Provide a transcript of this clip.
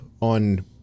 on